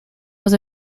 was